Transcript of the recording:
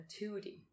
2D